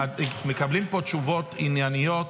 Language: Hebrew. אני חושב שמקבלים פה תשובות ענייניות.